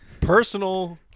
Personal